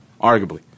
arguably